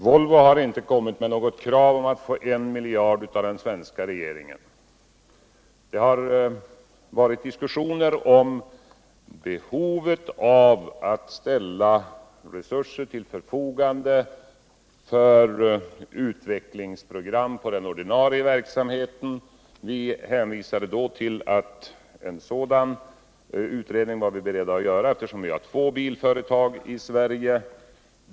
Herr talman! Volvo harinte ställt något krav till den svenska regeringen om att få I miljard kronor. Det har förts diskussioner om behovet av att ställa resurser till förfogande för utvecklingsprogram inom den ordinarie verksamheten. Vi har sagt att vi är beredda att göra en utredning därom, eftersom vi har två stora bilföretag i Sverige.